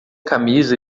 camisa